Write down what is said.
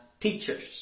teachers